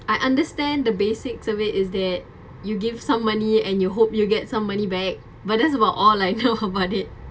I understand the basic of it's that you give some money and you hope you'll get some money back but that's about all I know about it